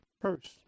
first